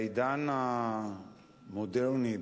בעידן המודרני,